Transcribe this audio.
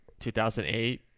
2008